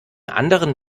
anderen